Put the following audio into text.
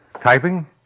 typing